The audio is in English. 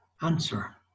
answer